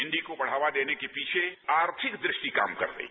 हिंदी को बढ़ावा देने के पीठे आर्थिक दृष्टि काम करती है